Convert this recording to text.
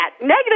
negative